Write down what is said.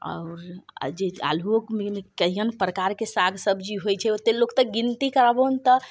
आओर जे आलू लोग कैयम प्रकारके साग सब्जी होयत छै ओतेक लोक तऽ गिनती करबहुन तब